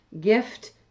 gift